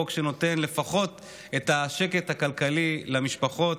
חוק שנותן לפחות את השקט הכלכלי למשפחות.